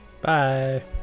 bye